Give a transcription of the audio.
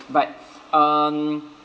but um